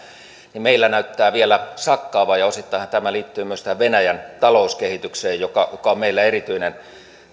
niin meillä näyttää vielä sakkaavan osittainhan tämä liittyy myös tähän venäjän talouskehitykseen joka on meillä erityinen